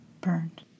burned